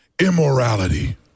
Immorality